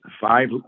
five